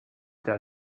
der